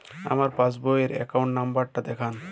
আমার সেভিংস পাসবই র অ্যাকাউন্ট নাম্বার টা দেখান?